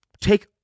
take